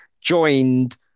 joined